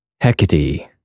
Hecate